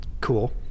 cool